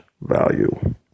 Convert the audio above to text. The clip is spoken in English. value